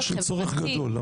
צורך גדול,